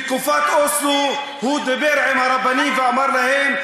בתקופת אוסלו הוא דיבר עם הרבנים ואמר להם,